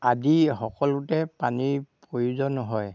আদি সকলোতে পানীৰ প্ৰয়োজন হয়